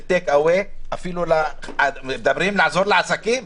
טייק אוויי מדברים על לעזור לעסקים,